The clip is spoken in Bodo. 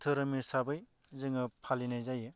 धोरोम हिसाबै जोङो फालिनाय जायो